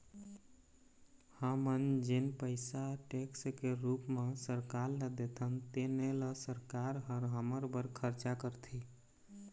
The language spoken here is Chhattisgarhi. हमन जेन पइसा टेक्स के रूप म सरकार ल देथन तेने ल सरकार ह हमर बर खरचा करथे